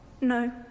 No